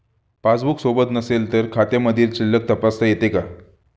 Passbook सोबत नसेल तर खात्यामधील शिल्लक तपासता येते का?